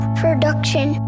production